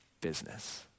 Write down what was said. business